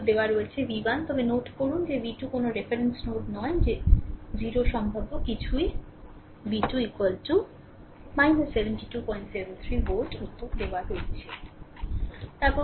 উত্তর দেওয়া হয়েছে v1 তবে নোট করুন যে v2 কোনও রেফারেন্স নোড নয় যে 0 সম্ভাব্য কিছুই v2 7273 ভোল্ট উত্তর দেওয়া আছে